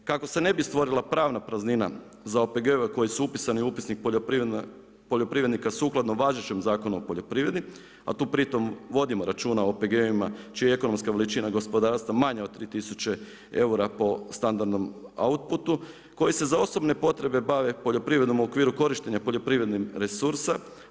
Kako se ne bi stvorila pravna praznina za OPG-ove koji su upisani u upisnik poljoprivrednika sukladno važećem Zakonu o poljoprivredu, a tu pri tom vodimo računa o OPG-ovima čija ekonomska veličina gospodarstva manja od 3000 eura po standardnom outputu, koji se za osobne potrebe bave poljoprivrednom u okviru korištenja poljoprivrednim resursa.